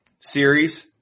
series